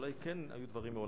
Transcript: אולי כן היו דברים מעולם.